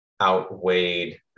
outweighed